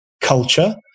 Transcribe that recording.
culture